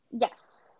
Yes